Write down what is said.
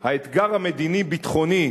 האתגר המדיני-ביטחוני,